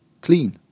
clean